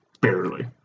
barely